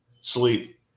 Sleep